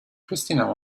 christina